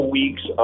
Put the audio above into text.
weeks